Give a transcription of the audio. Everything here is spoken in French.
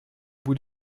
bout